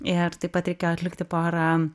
ir taip pat reikėjo atlikti porą